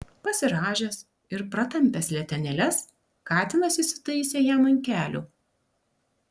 pasirąžęs ir pratampęs letenėles katinas įsitaisė jam ant kelių